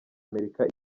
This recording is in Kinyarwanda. amerika